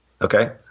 Okay